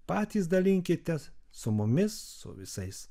patys dalinkitės su mumis su visais